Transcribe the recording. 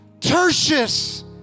Tertius